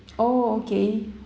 oh okay